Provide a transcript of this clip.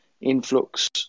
influx